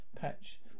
patch